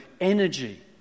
energy